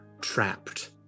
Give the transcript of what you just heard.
trapped